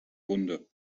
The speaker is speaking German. wunde